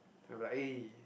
I'll be like eh